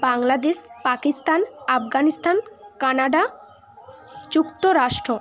Bangladesh Pakistan Afghanistan Canada যুক্তরাষ্ট্র